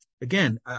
again